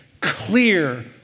clear